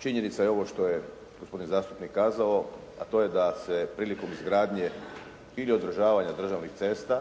Činjenica je ovo što je gospodin zastupnik kazao, a to je da se prilikom izgradnje ili održavanja državnih cesta